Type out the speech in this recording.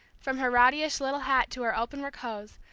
from her rowdyish little hat to her openwork hose,